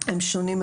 הם שונים,